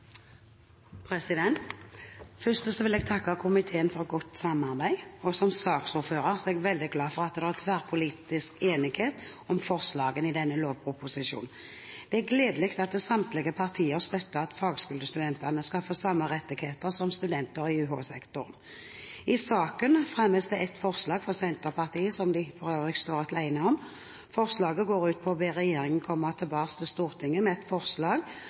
vedtatt. Først vil jeg takke komiteen for godt samarbeid, og som saksordfører er jeg veldig glad for at det er tverrpolitisk enighet om forslagene i denne lovproposisjonen. Det er gledelig at samtlige partier støtter at fagskolestudentene skal få samme rettigheter som studenter i UH-sektoren. I saken fremmes det et forslag fra Senterpartiet, som de for øvrig står alene om. Forslaget går ut på å be regjeringen komme tilbake til Stortinget med et forslag